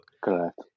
Correct